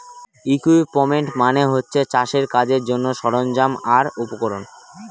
equipment মানে হচ্ছে চাষের কাজের জন্যে সরঞ্জাম আর উপকরণ